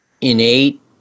innate